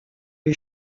les